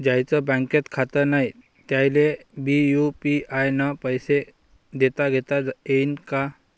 ज्याईचं बँकेत खातं नाय त्याईले बी यू.पी.आय न पैसे देताघेता येईन काय?